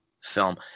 film